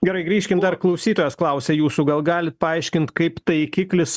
gerai grįžkim dar klausytojas klausia jūsų gal galit paaiškint kaip taikiklis